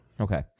Okay